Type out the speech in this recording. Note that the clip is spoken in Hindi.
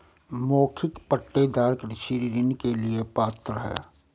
मौखिक पट्टेदार कृषि ऋण के लिए पात्र हैं